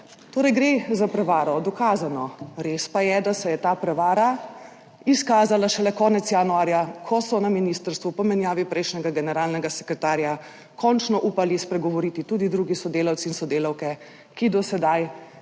10.30 (nadaljevanje) Res pa je, da se je ta prevara izkazala šele konec januarja, ko so na ministrstvu po menjavi prejšnjega generalnega sekretarja končno upali spregovoriti tudi drugi sodelavci in sodelavke, ki jim